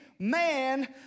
man